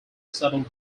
settled